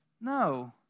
No